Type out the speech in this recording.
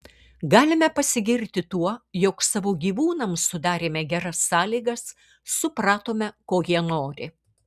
galime pasigirti tuo jog savo gyvūnams sudarėme geras sąlygas supratome ko jie nori